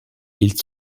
ils